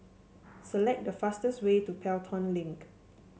select the fastest way to Pelton Link